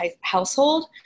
household